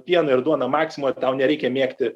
pieną ir duoną maksimoj tau nereikia mėgti